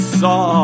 saw